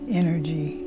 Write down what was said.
energy